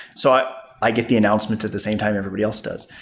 so i i get the announcements at the same time everybody else does.